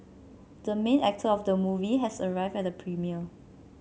the main actor of the movie has arrived at the premiere